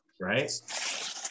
right